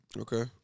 Okay